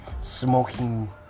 smoking